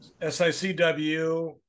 SICW